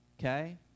okay